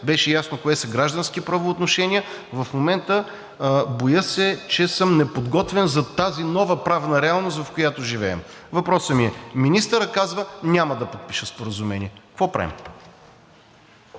беше ясно кое са граждански правоотношения. В момента, боя се, че съм неподготвен за тази нова правна реалност, в която живеем. Въпросът ми е: министърът казва: „Няма да подпиша споразумение“, какво правим?